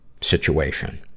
situation